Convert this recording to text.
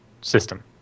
system